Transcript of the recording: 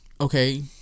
okay